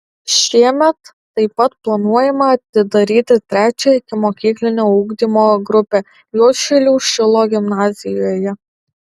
šiemet taip pat planuojama atidaryti trečią ikimokyklinio ugdymo grupę juodšilių šilo gimnazijoje